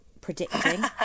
predicting